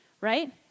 right